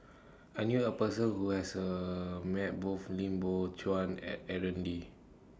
I knew A Person Who has A Met Both Lim Biow Chuan and Aaron Lee